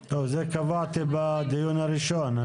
טוב, זה קבעתי בדיון הראשון.